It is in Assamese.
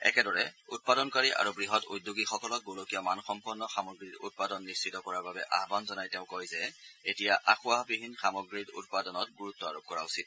একেদৰে উৎপাদনকাৰী আৰু বৃহৎ উদ্যোগীসকলক গোলকীয় মানসম্পন্ন সামগ্ৰীৰ উৎপাদন নিশ্চিত কৰাৰ বাবে আহান জনাই তেওঁ কয় যে আমি এতিয়া আসোঁৱাহবিহীন সামগ্ৰীৰ উৎপাদনত গুৰুত্ব আৰোপ কৰা উচিত